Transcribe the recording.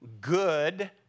good